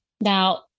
Now